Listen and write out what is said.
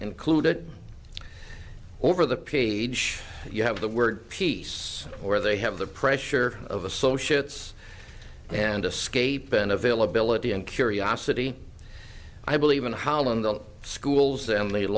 included over the page you have the word peace or they have the pressure of associates and escape then availability and curiosity i believe in holland the schools and